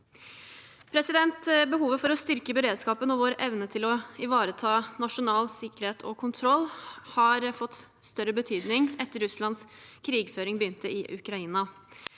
for alvor. Behovet for å styrke beredskapen og vår evne til å ivareta nasjonal sikkerhet og kontroll har fått større betydning etter at Russlands krigføring begynte i Ukraina.